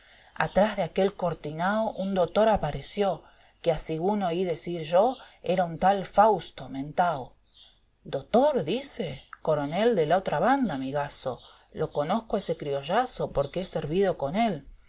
atrás de aquel cortinao un dotor apareció que asigún oí decir yo era un tal fausto mentao dotor dice coronel de la otra banda amigaso lo conozsco a ese eriouaso porque he servido con él